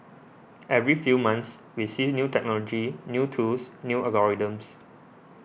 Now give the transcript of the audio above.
every few months we see new technology new tools new algorithms